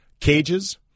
Cages